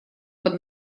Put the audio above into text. под